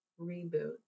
reboot